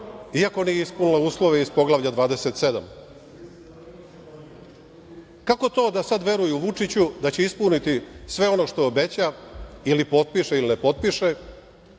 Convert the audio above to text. iako nije ispunila uslove iz poglavlja 27? Kako to da sada veruju Vučiću da će sada ispuniti sve ono što obeća, ili potpiše ili ne potpiše,